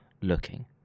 looking